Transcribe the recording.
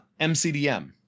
MCDM